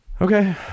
Okay